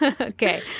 Okay